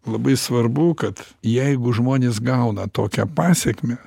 labai svarbu kad jeigu žmonės gauna tokią pasekmę